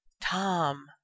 Tom